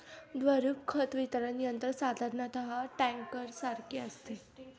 द्रवरूप खत वितरण यंत्र साधारणतः टँकरसारखे असते